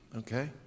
Okay